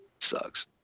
Sucks